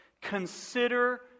consider